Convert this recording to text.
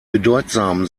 bedeutsam